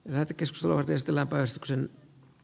äiti kesksua testillä paistoksen